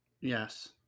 Yes